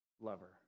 lover